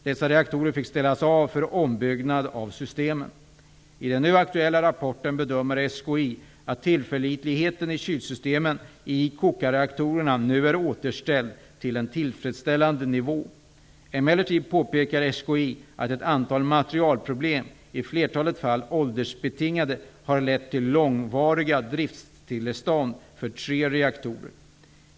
Dessa reaktorer fick ställas av för ombyggnad av systemen. I den nu aktuella rapporten bedömer SKI att tillförlitligheten i kylsystemen i kokarreaktorerna nu är återställd till en tillfredsställande nivå. Emellertid påpekar SKI att ett antal materialproblem, i flertalet fall åldersbetingade, har lett till långvariga driftstillestånd för tre reaktorer.